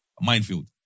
minefield